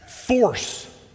Force